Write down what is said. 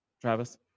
travis